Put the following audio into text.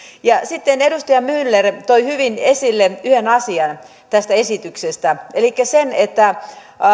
sitten edustaja myller toi hyvin esille yhden asian tästä esityksestä elikkä sen että